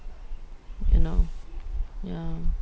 you know yeah